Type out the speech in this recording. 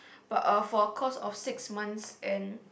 but a for a course of six months then